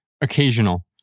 occasional